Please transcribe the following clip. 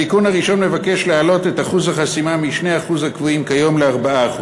התיקון הראשון מבקש להעלות את אחוז החסימה מ-2% הקבועים כיום ל-4%.